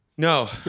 No